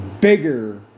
bigger